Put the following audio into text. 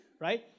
right